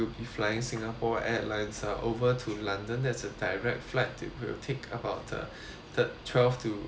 be flying singapore airlines are over to london as a direct flight it will take about uh third twelve to